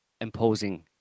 imposing